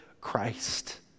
Christ